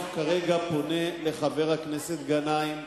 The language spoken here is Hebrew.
אני עכשיו פונה לחבר הכנסת גנאים.